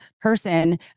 person